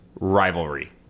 rivalry